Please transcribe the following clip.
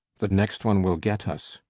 the next one will get us.